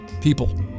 people